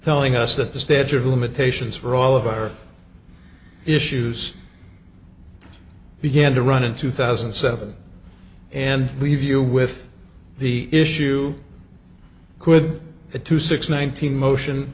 telling us that the statute of limitations for all of our issues began to run in two thousand and seven and leave you with the issue could a two six one thousand motion